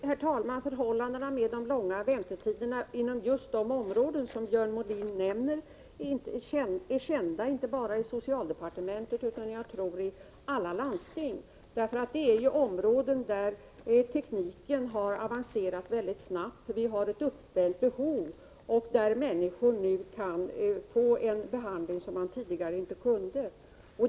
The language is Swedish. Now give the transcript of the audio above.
Herr talman! Förhållandena med de långa väntetiderna inom just de områden som Björn Molin nämner är kända inte bara i socialdepartementet utan, tror jag, i alla landsting. Det är områden där tekniken har avancerat mycket snabbt. Det finns ett uppdämt behov, och människor kan nu få en behandling som tidigare inte var möjlig.